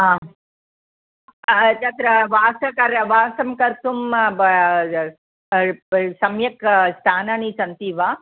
हा तत्र वासकर वासं कर्तुं ब् सम्यक् स्थानानि सन्ति वा